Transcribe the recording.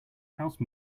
house